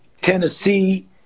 Tennessee